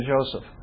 Joseph